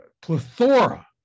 plethora